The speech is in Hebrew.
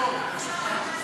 לתיקון פקודת מס